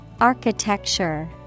Architecture